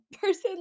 person